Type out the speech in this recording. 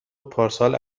پارسال